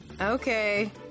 Okay